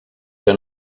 que